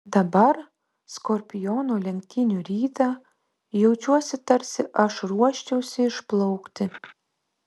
dabar skorpiono lenktynių rytą jaučiuosi tarsi aš ruoščiausi išplaukti